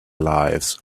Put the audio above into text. lives